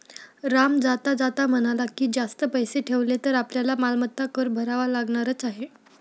राम जाता जाता म्हणाला की, जास्त पैसे ठेवले तर आपल्याला मालमत्ता कर भरावा लागणारच आहे